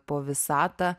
po visatą